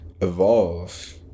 evolve